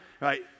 right